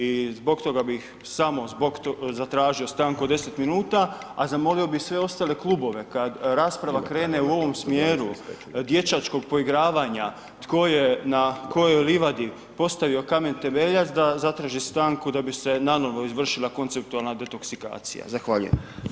I zbog toga bi, samo zbog toga zatražio stanku od 10 minuta a zamolio bi sve ostale klubove, kada rasprava krene u ovom smjeru, dječačkog poigravanja, tko je na kojoj livadi, postavio kamen temeljac, da zatraži stanku da bi se nanovo izvršila konceptualna detoksikacija.